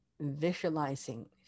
visualizing